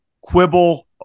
quibble